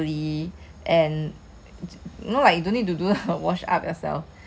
ingredients 很难买的在 A_B_C studio right 他们的 ingredients 已经弄好好 for 你